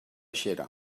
xera